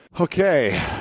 Okay